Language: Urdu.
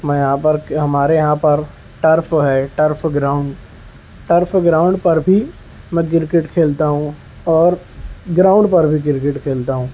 میں یہاں پر ہمارے یہاں پر ٹرف ہے ٹرف گراؤنڈ ٹرف گراؤنڈ پر بھی میں کرکٹ کیھلتاہوں اور گراؤنڈ پر بھی کرکٹ کھیلتا ہوں